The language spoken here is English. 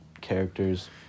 characters